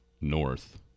north